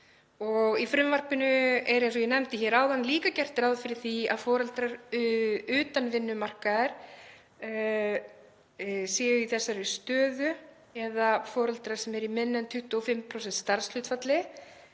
Í frumvarpinu er, eins og ég nefndi hér áðan, líka gert ráð fyrir því að foreldrar utan vinnumarkaðar séu í þessari stöðu eða foreldrar sem eru í minna en 25% starfshlutfalli,